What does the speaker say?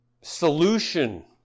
solution